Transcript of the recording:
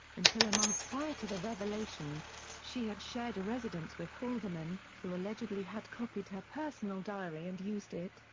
until a month prior to the revelations, she had shared a residence with halderman, who allegedly had copied her personal diary and used it,